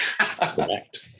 Correct